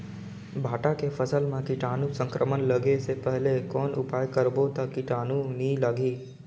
भांटा के फसल मां कीटाणु संक्रमण लगे से पहले कौन उपाय करबो ता कीटाणु नी लगही?